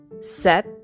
set